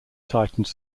tightened